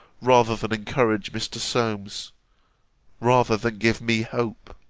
rather than encourage mr. solmes rather than give me hope?